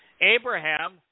Abraham